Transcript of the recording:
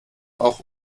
auch